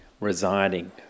residing